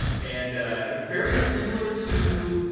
and it's very similar to,